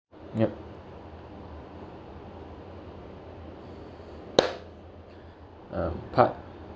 yup um part